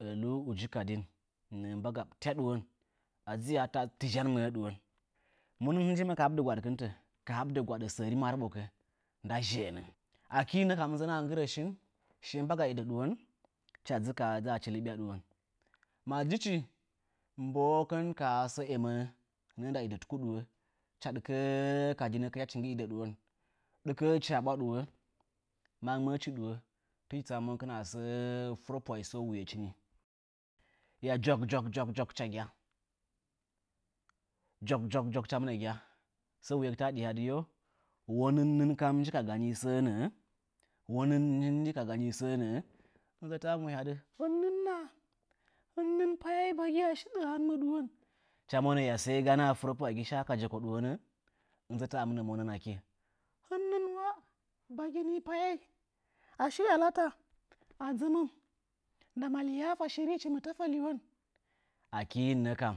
Aluu uji kadin nəə mbagaa tya ɗuwo a dzɨ tɨzyai ɗuwon. Mu nɨn njiməm ka haɓɨdə gwaɗkɨntə? Ka habɨdə gwa ɗchi səri zhe'ənə nda marbokə. Akii nə kam ɨnzɨnəa nggɨrə shin hɨcha dzɨka haa dzaacha liɓya ɗuwon. Ma jichi, mbo'əəkən ka ha sə eməə, nə'ə nda idə tuku ɗuwo, hɨcha ɗikəə kadinə kɨryachi nggɨ tɨzə ɗuwon. Ɗɨkəəchi a ɓwa ɗuwo ma monəəchi ɗuwo, tɨchi tsama monkɨn asəə furpwai sə wuyechi nii. Ya jauk, jauk jauk hɨcha gya, jauk jauk hɨcha mɨnga gya, sə wuyekɨtəa ɗahadɨ, “wo nɨn nɨn kam shi ka ganii səə nə'ə? Wo nɨn nɨn shi ka gani səə naəə? Inzətəa manə, hɨn nɨn na, hɨn nɨn bagi pa'yai ashi tɨzanənnə ɗuwon". Hɨcha monə ya sai ganə a furpwangi shaa ka jeko ɗuwonə? Ɨnzətəa mɨnə monən, hɨn nɨn wa bagi pa yai ashi yalata a dzəmə ndama liyata kɨchichi mɨ təfə liwon. Akii nə kam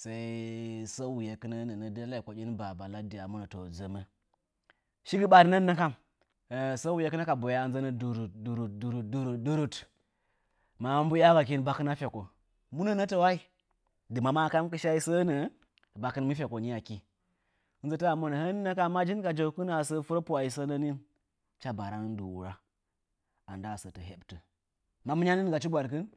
təə iyagamɨn baba laddə hɨcha bwayan. Shi gɨ barinə nə kam sə wuye kɨna bwaya ɨnzənə durut durut durut. Ma mbuya gakin bakɨna feko, mu nəana tə wayi? Dɨma ma kɨ shai səə nə'ə? Bakɨn mɨ foko nii akii. Hicha monə hɨnnə kam, ma jin ka jeko sənə, asəə furə pwa'i səə nəə nii. Hicha baranəan dɨ wura a ndaa sətəa heɓtə. Ma mɨniandɨn gachi gwaɗkɨn.